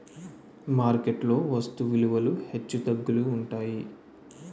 market లో వస్తు విలువలు హెచ్చుతగ్గులు ఉంటాయి